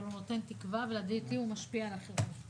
אבל הוא נותן תקווה ולדעתי הוא משפיע על החירום.